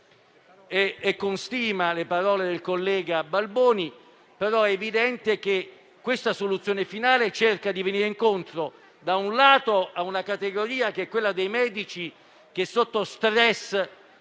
e con stima le parole del collega Balboni, però è evidente che questa soluzione finale cerca di venire incontro, da un lato, a una categoria, quella dei medici, che è sotto *stress*